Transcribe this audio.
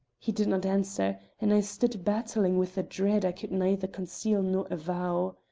he did not answer, and i stood battling with a dread i could neither conceal nor avow.